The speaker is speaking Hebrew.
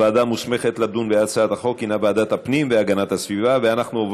התשע"ז 2017, לוועדת הפנים והגנת הסביבה נתקבלה.